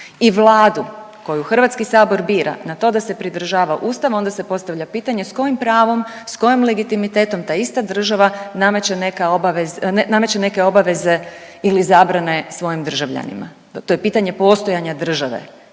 i Vladu koju HS bira na to da se pridržava Ustava onda se postavlja pitanje s kojim pravom, s kojim legitimitetom ta ista država nameće neke obaveze ili zabrane svojim državljanima? To je pitanje postojanje države.